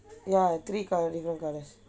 ya three colour different colours